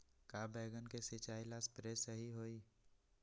का बैगन के सिचाई ला सप्रे सही होई?